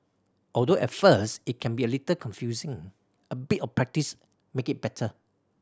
although at first it can be a little confusing a bit of practice make it better